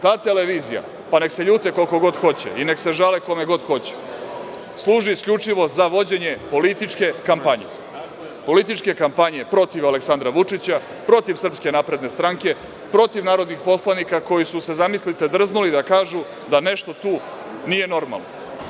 Ta televizija, pa nek se ljute koliko god hoće i nek se žale kome god hoće, služi isključivo za vođenje političke kampanje, političke kampanje protiv Aleksandra Vučića, protiv SNS, protiv narodnih poslanika koji su se, zamislite, drznuli da kažu da nešto tu nije normalno.